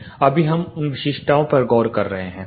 हम अभी उन विशिष्टताओं पर गौर कर रहे हैं